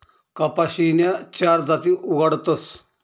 कपाशीन्या चार जाती उगाडतस